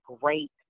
great